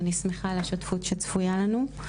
אני שמחה על השותפות שצפויה לנו,